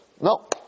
no